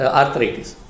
arthritis